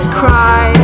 cry